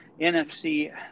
NFC